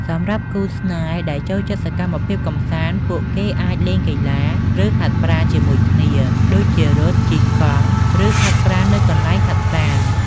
សម្រាប់គូស្នេហ៍ដែលចូលចិត្តសកម្មភាពកំសាន្ត ពួកគេអាច លេងកីឡា ឬហាត់ប្រាណ ជាមួយគ្នា ដូចជា រត់ ជិះកង់ ឬហាត់ប្រាណនៅកន្លែងហាត់ប្រាណ។